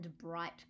Bright